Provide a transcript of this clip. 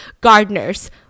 gardeners